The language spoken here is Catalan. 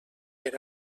per